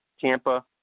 Tampa